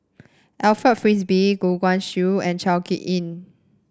Alfred Frisby Goh Guan Siew and Chao HicK Tin